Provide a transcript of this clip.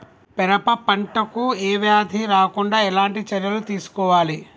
పెరప పంట కు ఏ వ్యాధి రాకుండా ఎలాంటి చర్యలు తీసుకోవాలి?